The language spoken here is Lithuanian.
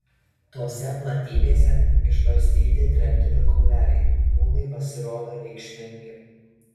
tose platybėse išbarstyti tremtinių kauleliai nūnai pasirodo reikšmingi